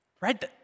right